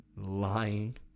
lying